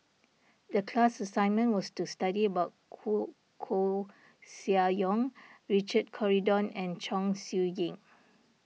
the class assignment was to study about Koeh Koeh Sia Yong Richard Corridon and Chong Siew Ying